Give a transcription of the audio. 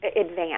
advance